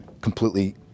completely